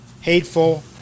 hateful